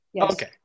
Okay